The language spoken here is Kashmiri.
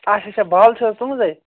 اچھا اچھا بالہٕ چھِ حظ تُہٕنٛزے